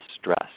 stress